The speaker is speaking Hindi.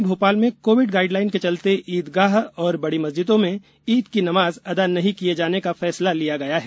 राजधानी भोपाल में कोविड गाइडलाइन के चलते ईदगाह और बड़ी मस्जिदों में ईद की नमाज अदा नहीं किए जाने का फैसला लिया गया है